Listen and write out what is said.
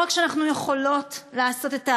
לא רק שאנחנו יכולות לעשות את העבודה,